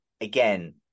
Again